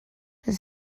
roedd